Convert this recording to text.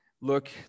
look